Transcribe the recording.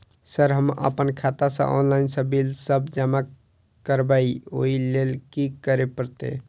Sir हम अप्पन खाता सऽ ऑनलाइन सऽ बिल सब जमा करबैई ओई लैल की करऽ परतै?